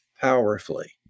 powerfully